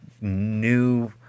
new